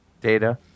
Data